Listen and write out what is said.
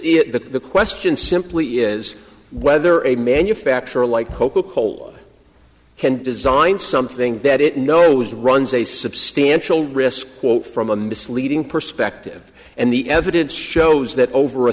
that the question simply is whether a manufacturer like coca cola can design something that it knows runs a substantial risk quote from a misleading perspective and the evidence shows that over a